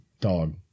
dog